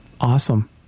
Awesome